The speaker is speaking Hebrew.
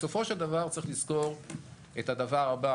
בסופו של דבר צריך לזכור את הדבר הבא,